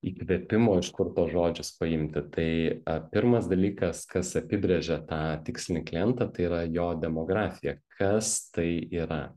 įkvėpimo iš kur tuos žodžius paimti tai pirmas dalykas kas apibrėžia tą tikslinį klientą tai yra jo demografija kas tai yra